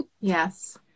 Yes